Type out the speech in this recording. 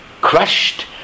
crushed